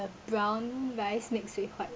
a brown rice mixed with white